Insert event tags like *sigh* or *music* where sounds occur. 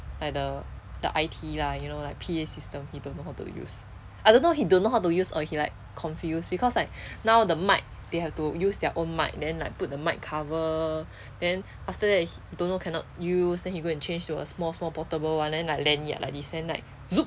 at the the I_T lah you know like P_A system he don't know how to use I don't know he don't know how to use or he like confused because like now the mic they have to use their own mic then like put the mic cover then after that he don't know cannot use then he go and change to a small small portable one then like lanyard like this the like *noise*